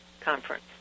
conference